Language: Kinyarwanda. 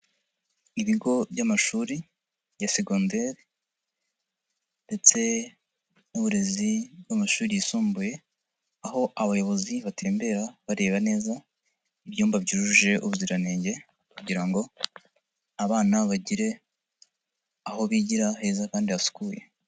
Ibigo by'amashuri ya segonderi ndetse n'uburezi bw'amashuri yisumbuye, aho abayobozi batembera bareba neza ibyumba byujuje ubuziranenge kugira ngo abana bagire aho bigira heza kandi hasukuye.